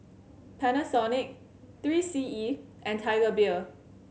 Panasonic Three C E and Tiger Beer